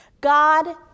god